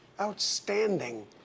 Outstanding